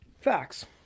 Facts